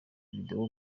video